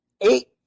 eight